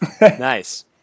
Nice